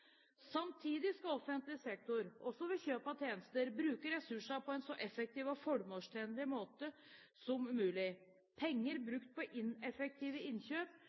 Samtidig skal offentlig sektor – også ved kjøp av tjenester – bruke ressursene på en så effektiv og formålstjenlig måte som mulig. Penger brukt på ineffektive innkjøp